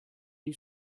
new